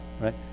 right